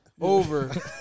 Over